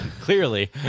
Clearly